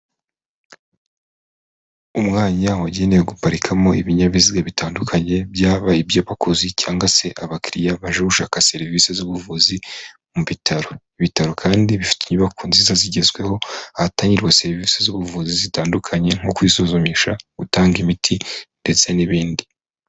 Umwanya wagenewe guparikamo ibinyabiziga bitandukanye byaba iby'abakozi cyangwa se abakiriya baje gushaka serivisi z'ubuvuzi mu bitaro, ibitaro kandi bifite inyubako nziza zigezweho ahatangirwa serivisi z'ubuvuzi zitandukanye nko kwisuzumisha, gutanga imiti ndetse n'ibindi.